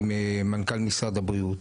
עם מנכ"ל משרד הבריאות.